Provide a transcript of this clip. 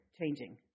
changing